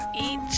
eat